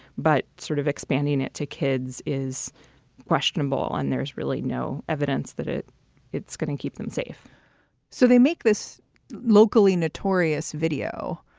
but sort of expanding it to kids is questionable. and there's really no evidence that it it's going to keep them safe so they make this locally notorious video,